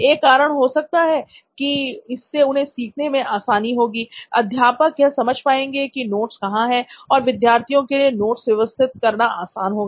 एक कारण हो सकता है कि इससे उन्हें सीखने में आसानी होगी अध्यापक यह समझ पाएंगे कि नोट्स कहां है और विद्यार्थियों के लिए नोट्स सुव्यवस्थित करना आसान हो जाएगा